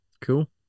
cool